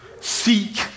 Seek